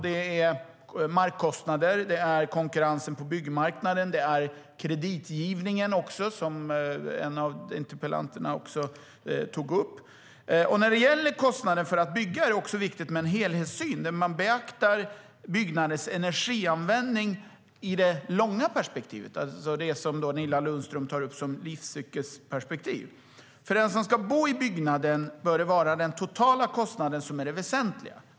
Det är markkostnader, konkurrensen på byggmarknaden och kreditgivningen, som en av interpellanterna tog upp. För den som ska bo i byggnaden bör det var den totala kostnaden som är det väsentliga.